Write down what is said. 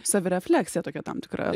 savirefleksija tokia tam tikra